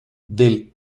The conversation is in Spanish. del